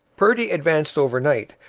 purdy advanced overnight,